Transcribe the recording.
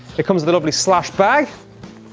it comes the lovely slash bag